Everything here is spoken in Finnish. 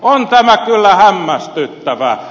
on tämä kyllä hämmästyttävää